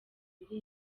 biri